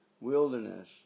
wilderness